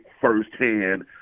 firsthand